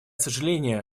сожаление